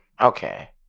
Okay